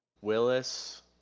Willis